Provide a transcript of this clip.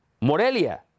Morelia